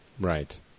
Right